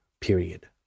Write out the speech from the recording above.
period